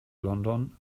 london